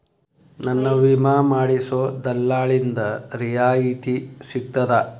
ನನ್ನ ವಿಮಾ ಮಾಡಿಸೊ ದಲ್ಲಾಳಿಂದ ರಿಯಾಯಿತಿ ಸಿಗ್ತದಾ?